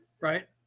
right